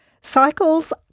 Cycles